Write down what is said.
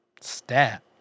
Stat